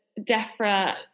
DEFRA